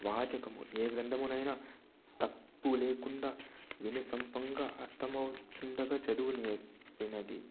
వాచకము ఏ గ్రంథమునైనా తప్పు లేకుండా వినుసంపంగా అర్థమౌచుండగా చదువుని నది